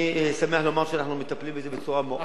אני שמח לומר שאנחנו מטפלים בזה בצורה מאוד,